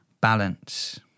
balance